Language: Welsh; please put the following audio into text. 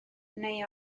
neu